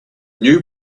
new